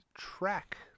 track